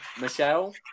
Michelle